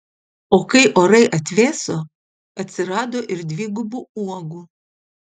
o kai orai atvėso atsirado ir dvigubų uogų